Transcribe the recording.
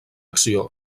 acció